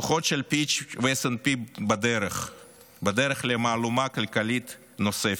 הדוחות של פיץ' ו-S&P בדרך למהלומה כלכלית נוספת.